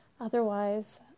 Otherwise